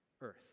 Earth